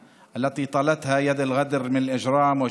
ומכת הפשע שלחה את ידה הבוגדנית אליה.